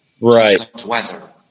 Right